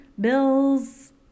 bills